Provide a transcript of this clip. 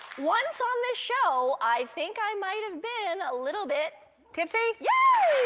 once on this show i think i might have been a little bit tipsy? yeah